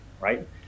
right